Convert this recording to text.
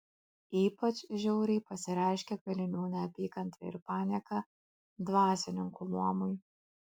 ypač žiauriai pasireiškė kalinių neapykanta ir panieka dvasininkų luomui